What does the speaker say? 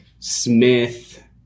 Smith